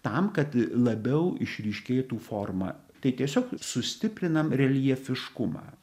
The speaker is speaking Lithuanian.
tam kad labiau išryškėtų forma tai tiesiog sustiprinam reljefiškumą